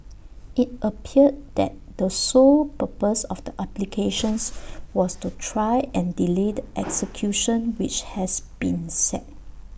IT appeared that the sole purpose of the applications was to try and delay the execution which has been set